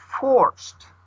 forced